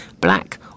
black